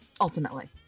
ultimately